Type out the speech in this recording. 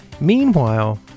Meanwhile